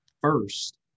first